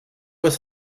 was